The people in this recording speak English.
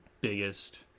biggest